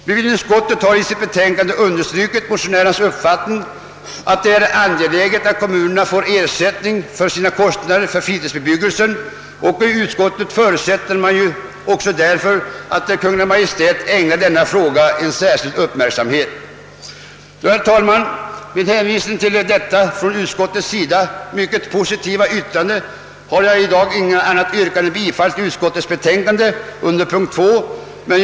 Bevillningsutskottet har i sitt betänkande understrukit motionärernas uppfattning att det är angeläget att kommunerna får ersättning för sina kostnader för fritidsbebyggelsen, och utskottet förutsätter också att Kungl. Maj:t ägnar denna fråga särskild uppmärksamhet. Herr talman! Med hänsyn till detta utskottets mycket positiva yttrande har jag i dag inte något annat yrkande än om bifall till utskottets hemställan under punkten 2.